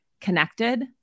connected